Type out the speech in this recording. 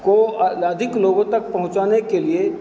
को अधिक लोगों तक पहुँचाने के लिए